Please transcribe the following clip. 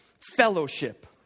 fellowship